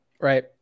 Right